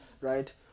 Right